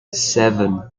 seven